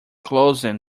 closing